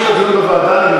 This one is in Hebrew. נו, ועדה.